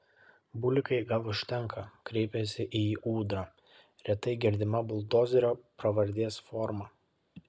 bulikai gal užtenka kreipėsi į jį ūdra retai girdima buldozerio pravardės forma